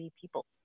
people